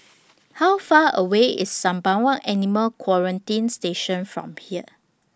How Far away IS Sembawang Animal Quarantine Station from here